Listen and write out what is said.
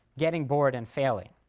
getting bored and failing.